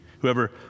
Whoever